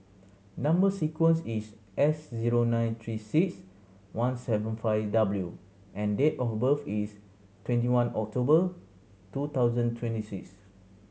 number sequence is S zero nine Three Six One seven five W and date of birth is twenty one October two thousand twenty six